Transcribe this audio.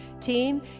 team